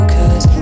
Cause